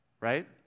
right